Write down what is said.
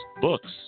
books